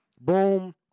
Boom